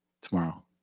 tomorrow